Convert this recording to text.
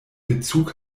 bezug